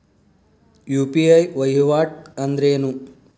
UPI ವಹಿವಾಟ್ ಅಂದ್ರೇನು?